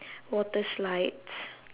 water slides